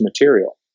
material